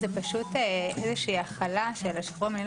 זה פשוט איזושהי החלה של השחרור המינהלי